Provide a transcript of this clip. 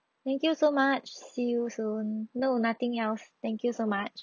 thank you so much see you soon no nothing else thank you so much